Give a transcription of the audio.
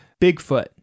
Bigfoot